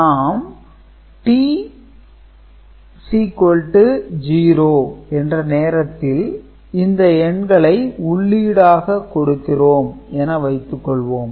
நாம் t 0 என்ற நேரத்தில் இந்த எண்களை உள்ளீடாக கொடுக்கிறோம் என வைத்துக் கொள்வோம்